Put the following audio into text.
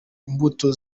imbuto